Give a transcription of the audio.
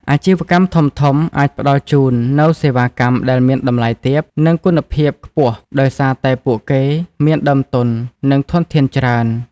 អាជីវកម្មធំៗអាចផ្តល់ជូននូវសេវាកម្មដែលមានតម្លៃទាប និងគុណភាពខ្ពស់ដោយសារតែពួកគេមានដើមទុន និងធនធានច្រើន។